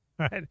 Right